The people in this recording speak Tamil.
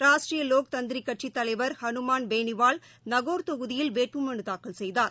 ராஷ்டிரிய லோக் தந்திரிக் கட்சி தலைவர் ஹனுமான் பேனிவால் நகோர் தொகுதியில் வேட்பு மனு தாக்கல் செய்தார்